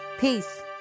Peace